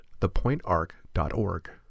thepointarc.org